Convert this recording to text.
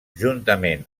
juntament